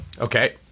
Okay